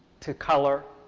to color,